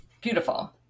beautiful